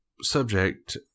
subject